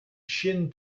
shin